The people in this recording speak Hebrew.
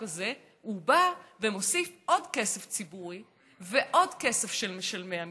הוא בא ומוסיף עוד כסף ציבורי ועוד כסף של משלמי המיסים.